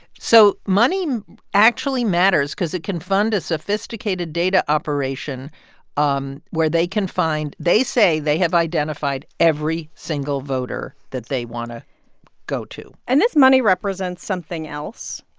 so money actually matters cause it can fund a sophisticated data operation um where they can find they say they have identified every single voter that they want to go to and this money represents something else,